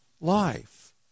life